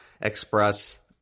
express